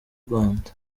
rwanda